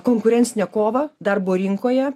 konkurencinę kovą darbo rinkoje